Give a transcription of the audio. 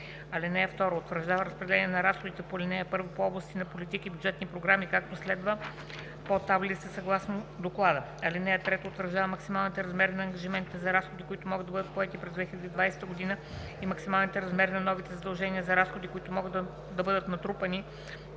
(2) Утвърждава разпределение на разходите по ал. 1 по области на политики и бюджетни програми, както следва: (по таблица съгласно доклада). (3) Утвърждава максималните размери на ангажиментите за разходи, които могат да бъдат поети през 2020 г., и максималните размери на новите задължения за разходи, които могат да бъдат натрупани